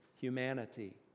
humanity